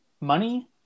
money